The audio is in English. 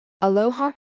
Aloha